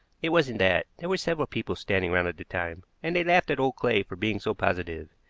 it wasn't that. there were several people standing round at the time, and they laughed at old clay for being so positive.